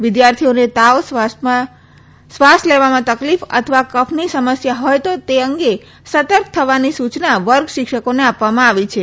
વિદ્યાર્થીઓને તાવ શ્વાસ લેવામાં તકલીફ અથવા કફની સમસ્યા હોય તો તે અંગે સતર્ક થવાની સુચના વર્ગ શિક્ષકોને આપવામાં આવી છે